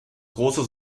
große